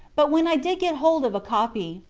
but when i did get hold of a copy,